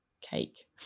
cake